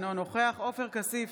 אינו נוכח עופר כסיף,